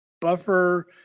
buffer